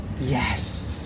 yes